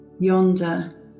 yonder